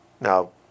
Now